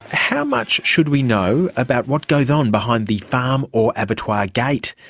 how much should we know about what goes on behind the farm or abattoir gate?